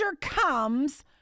comes